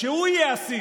כך שהוא יהיה אסיר.